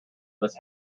this